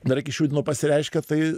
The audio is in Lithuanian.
dar iki šių dienų pasireiškia tai